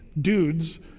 dudes